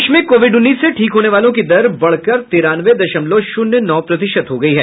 देश में कोविड उन्नीस से ठीक होने वालों की दर बढ़कर तिरानवे दशमलव शून्य नौ प्रतिशत हो गई है